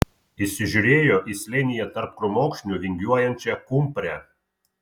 įsižiūrėjo į slėnyje tarp krūmokšnių vingiuojančią kumprę